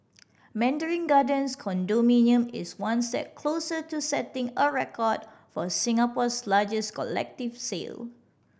Mandarin Gardens condominium is one step closer to setting a record for Singapore's largest collective sale